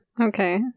Okay